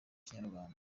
kinyarwanda